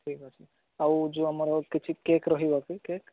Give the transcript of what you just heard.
ଠିକ୍ ଅଛି ଆଉ ଯୁ ଆମର ଆଉ କିଛି କେକ୍ ରହିବ କି କେକ୍